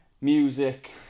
music